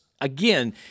again